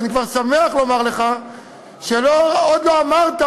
אז אני כבר שמח לומר לך שעוד לא אמרת,